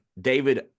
David